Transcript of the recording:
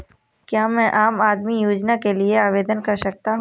क्या मैं आम आदमी योजना के लिए आवेदन कर सकता हूँ?